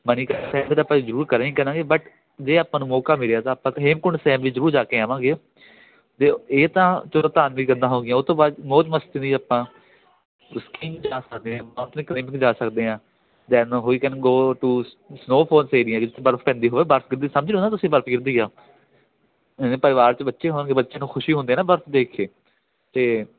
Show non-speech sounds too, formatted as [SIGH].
ਮਨੀਕਰਨ ਸਾਹਿਬ ਤਾਂ ਆਪਾਂ ਜ਼ਰੂਰ ਕਰਾਂਗੇ ਕਰਾਂਗੇ ਬਟ ਜੇ ਆਪਾਂ ਨੂੰ ਮੌਕਾ ਮਿਲਿਆ ਤਾਂ ਆਪਾਂ ਤਾਂ ਹੇਮਕੁੰਟ ਸਾਹਿਬ ਵਿੱਚ ਜ਼ਰੂਰ ਜਾ ਕੇ ਆਵਾਂਗੇ ਅਤੇ ਇਹ ਤਾਂ ਚਲੋ ਧਾਰਮਿਕ ਗੱਲਾਂ ਹੋ ਗਈਆਂ ਉਹ ਤੋਂ ਬਾਅਦ ਮੌਜ ਮਸਤੀ ਲਈ ਆਪਾਂ [UNINTELLIGIBLE] ਜਾ ਸਕਦੇ ਹਾਂ [UNINTELLIGIBLE] ਜਾ ਸਕਦੇ ਹਾਂ then we can go snow falls ਏਰੀਏ ਜਿੱਥੇ ਬਰਫ਼ ਪੈਂਦੀ ਹੋਵੇ ਬਰਫ਼ ਗਿਰਦੀ ਸਮਝ ਰਹੇ ਹੋ ਨਾ ਤੁਸੀਂ ਬਰਫ਼ ਗਿਰਦੀ ਆ ਅ ਪਰਿਵਾਰ 'ਚ ਬੱਚੇ ਹੋਣਗੇ ਬੱਚੇ ਨੂੰ ਖੁਸ਼ੀ ਹੁੰਦੇ ਨਾ ਬਰਫ ਦੇਖ ਕੇ ਅਤੇ